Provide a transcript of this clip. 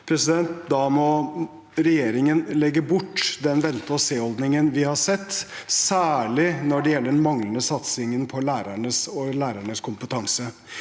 Da må regjeringen legge bort den vente-og-se-holdningen vi har sett, særlig når det gjelder den manglende satsingen på lærerne og lærernes kompetanse.